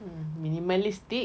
mm minimalistic